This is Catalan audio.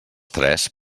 tres